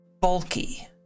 bulky